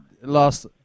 last